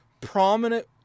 prominent